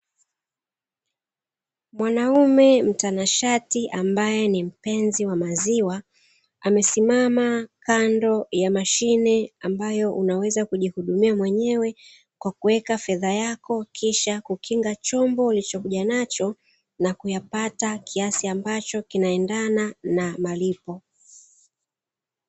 Mwanaume mtanashati ambaye ni mpenzi wa maziwa, amesimama kando ya mashine, ambayo unaweza kujihudumia mwenyewe kwa kuweka fedha yako kisha kukinga chombo ulichokuja nacho na kuyapata kiasi ambacho kinaendana na malipo.